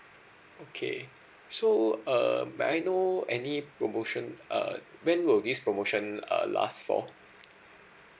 okay so uh may I know any promotion uh when will this promotion uh last for